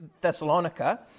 Thessalonica